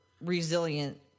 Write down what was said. resilient